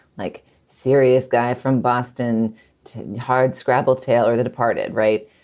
like serious guy from boston to hardscrabble tail or the departed. right.